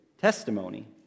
testimony